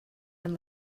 and